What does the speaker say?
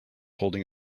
holding